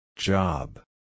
Job